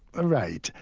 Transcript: ah right,